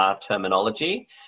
terminology